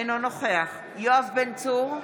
אינו נוכח יואב בן צור,